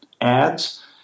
ads